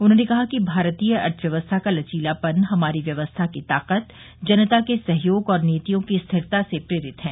उन्होंने कहा कि भारतीय अर्थव्यवस्था का लचीलापन हमारी व्यवस्था की ताकत जनता के सहयोग और नीतियों की स्थिरता से प्रेरित है